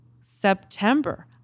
September